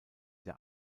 der